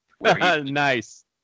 Nice